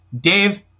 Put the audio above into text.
dave